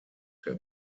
der